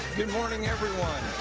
good morning, everyone.